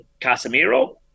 Casemiro